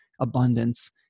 abundance